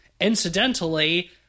incidentally